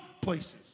places